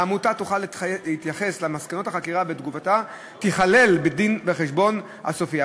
העמותה תוכל להתייחס למסקנות החקירה ותגובתה תיכלל בדין-וחשבון הסופי.